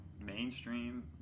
mainstream